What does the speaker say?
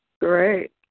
great